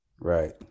right